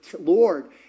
Lord